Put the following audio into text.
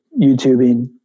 YouTubing